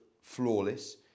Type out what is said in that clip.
flawless